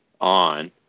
on